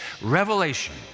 revelation